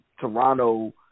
Toronto